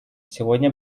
сегодня